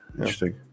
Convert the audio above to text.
interesting